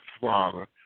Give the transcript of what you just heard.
Father